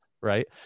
Right